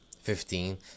Fifteen